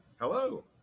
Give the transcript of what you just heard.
Hello